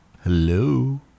Hello